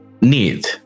need